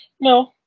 No